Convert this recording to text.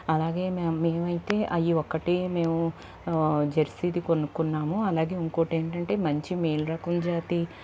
అలాగే మేము మేమైతే అయ్యి ఒక్కటి మేము జెర్సీది కొన్నాము అలాగే ఇంకోటి ఏంటంటే మంచి మేలు రకం జాతి